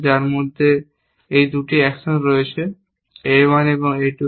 যার মধ্যে এই দুটি অ্যাকশন রয়েছে A 1 এবং A 2